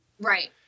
Right